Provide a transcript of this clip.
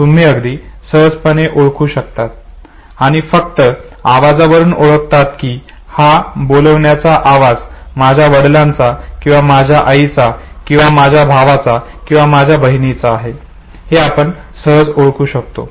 तुम्ही अगदी सहजपणे शोधू शकतात आणि फक्त आवाजावरून ओळखतात कि हा बोलविण्याचा आवाज माझ्या वडिलांचा किंवा माझ्या आईचा किंवा माझ्या भावाचा किंवा माझ्या बहिणीचा आहे हे आपण सहज ओळखू शकतो